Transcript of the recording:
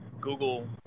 Google